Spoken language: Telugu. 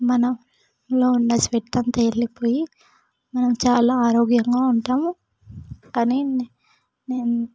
మనలో ఉన్న స్వెట్ అంతా వెళ్ళిపోయి మనం చాలా ఆరోగ్యంగా ఉంటాము కానీ నేను